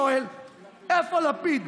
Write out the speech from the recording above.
שני משפטים.